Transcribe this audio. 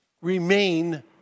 remain